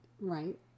right